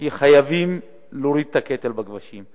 כי חייבים להוריד את הקטל בכבישים.